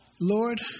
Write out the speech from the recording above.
Lord